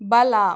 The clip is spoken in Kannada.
ಬಲ